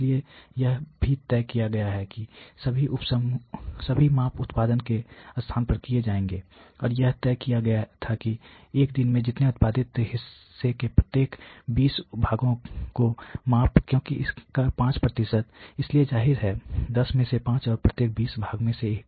इसलिए यह भी तय किया गया है कि सभी माप उत्पादन के स्थान पर किए जाएंगे और यह तय किया गया था कि एक दिन में हमने उत्पादित हिस्से के प्रत्येक 20 भागों को मापा क्योंकि इसका 5 इसलिए जाहिर है100 में से 5 और प्रत्येक 20 भागों में एक